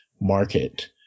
market